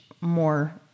more